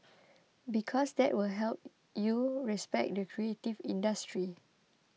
because that will help you respect the creative industry